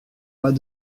pas